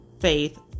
faith